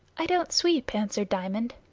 i don't sweep, answered diamond.